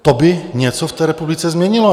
To by něco v té republice změnilo.